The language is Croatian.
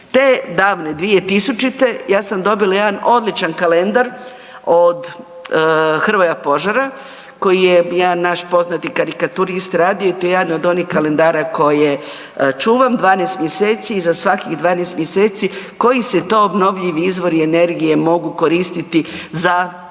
Te davne 2000. ja sam dobila jedan odličan kalendar od Hrvoja Požara koji je jedan naš poznati karikaturist radio i to je jedan od onih kalendara koje čuvam 12 mjeseci, iza svakih 12 mjeseci koji se to obnovljivi izvori energije mogu koristiti za električnu